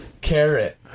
carrot